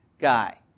guy